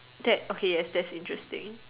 that okay yes that's interesting